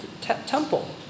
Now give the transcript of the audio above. temple